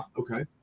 okay